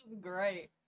great